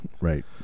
Right